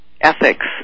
ethics